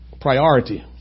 priority